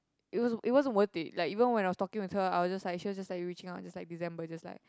it was it wasn't worth it like even when I was talking with her I was just like she was just reaching out December just like